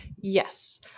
Yes